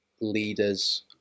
leaders